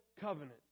covenant